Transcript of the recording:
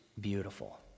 beautiful